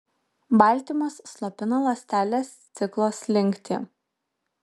baltymas slopina ląstelės ciklo slinktį